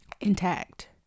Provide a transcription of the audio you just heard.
intact